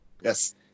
yes